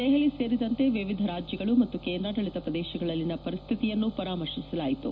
ದೆಹಲಿ ಸೇರಿದಂತೆ ವಿವಿಧ ಕಾಜ್ಲಗಳು ಮತ್ತು ಕೇಂದ್ರಾಡಳಿತ ಪ್ರದೇಶಗಳಲ್ಲಿನ ಪರಿಸ್ತಿತಿಯನ್ನೂ ಪರಾಮರ್ಶಿಸಲಾಯಿತು